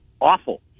awful